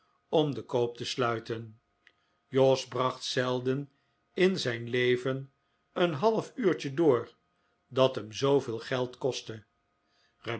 om den koop te sluiten jos bracht zelden in zijn leven een half uurtje door dat hem zooveel geld kostte